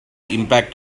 impact